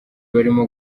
barimo